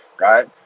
right